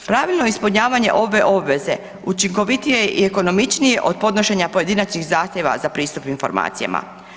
Pravilno ispunjavanje ove obveze učinkovitije i ekonomičnije je od podnošenja pojedinačnih zahtjeva za pristup informacijama.